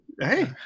hey